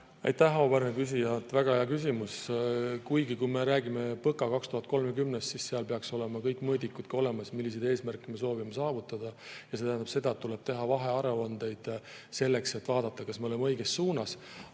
Aitäh, auväärne küsija! Väga hea küsimus. Kuigi, kui me räägime "PõKa 2030-st", siis seal peaks olema olemas kõik mõõdikud selle kohta, milliseid eesmärke me soovime saavutada. See tähendab seda, et tuleb teha vahearuandeid, selleks et vaadata, kas me liigume õiges suunas.